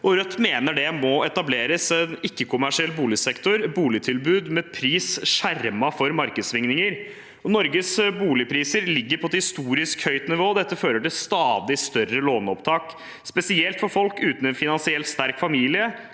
Rødt mener det må etableres en ikke-kommersiell boligsektor, boligtilbud med pris skjermet for markedssvingninger. Norges boligpriser ligger på et historisk høyt nivå, og dette fører til stadig større lånopptak. Spesielt for folk uten en finansielt sterk familie